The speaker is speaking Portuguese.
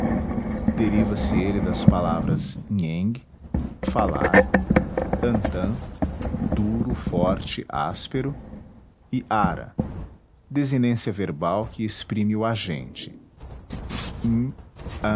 ará deriva se ele das palavras nheng falar antan duro forte áspero e ara desinência verbal que exprime o agente